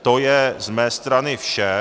To je z mé strany vše.